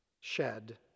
shed